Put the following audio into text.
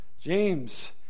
James